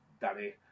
Danny